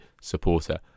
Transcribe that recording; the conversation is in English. supporter